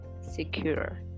secure